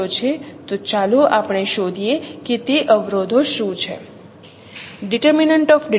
તો ચાલો આપણે શોધીએ કે તે અવરોધો શું છે